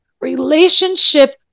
relationship